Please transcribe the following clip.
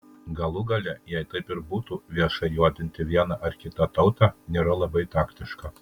galų gale jei taip ir būtų viešai juodinti vieną ar kitą tautą nėra labai taktiška